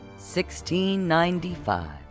1695